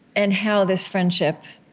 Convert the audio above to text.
and how this friendship